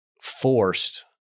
forced